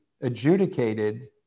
adjudicated